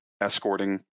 escorting